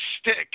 stick